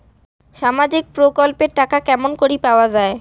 সামাজিক প্রকল্পের টাকা কেমন করি পাওয়া যায়?